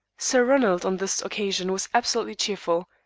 sir ronald on this occasion was absolutely cheerful.